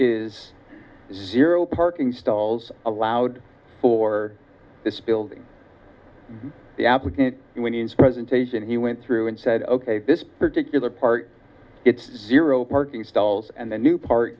is zero parking stalls allowed for this building the applicant winnings presentation he went through and said ok this particular part it's zero parking stalls and the new part